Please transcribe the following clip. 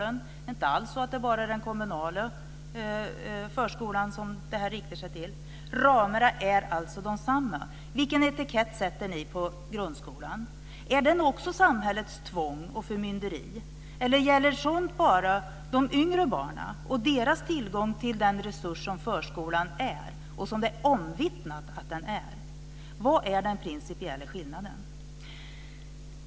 Det är inte alls så att detta bara riktar sig till den kommunala förskolan. Ramarna är alltså desamma. Vilken etikett sätter ni på grundskolan? Är den också samhällets tvång och förmynderi? Eller gäller sådant bara de yngre barnen och deras tillgång till den resurs som förskolan omvittnat är? Vad är den principiella skillnaden?